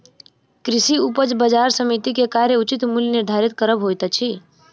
कृषि उपज बजार समिति के कार्य उचित मूल्य निर्धारित करब होइत अछि